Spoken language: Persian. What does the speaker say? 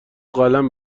قلم